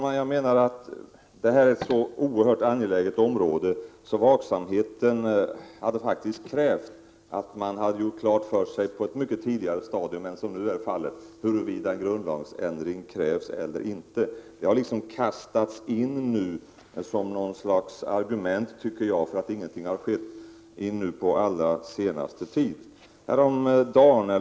Herr talman! Det här är ett så oerhört angeläget ärende att vaksamheten faktiskt hade krävt att regeringen på ett mycket tidigare stadium än vad som nu är fallet hade gjort klart för sig huruvida grundlagsändring krävs eller inte. Den frågan har på allra senaste tiden kastats in i debatten som något slags argument till försvar för att ingenting har skett.